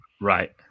right